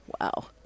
Wow